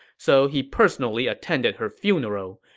so he personally attended her funeral.